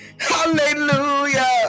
Hallelujah